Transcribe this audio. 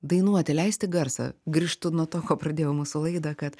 dainuoti leisti garsą grįžtu nuo to ko pradėjau mūsų laidą kad